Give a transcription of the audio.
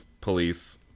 police